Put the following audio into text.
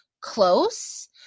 close